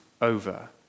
over